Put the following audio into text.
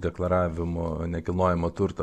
deklaravimo nekilnojamo turto